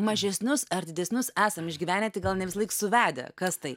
mažesnius ar didesnius esam išgyvenę tik gal ne visąlaik suvedę kas tai